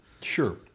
Sure